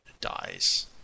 dies